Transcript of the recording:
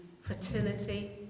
fertility